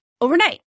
overnight